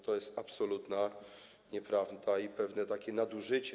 To jest absolutna nieprawda i pewne nadużycie.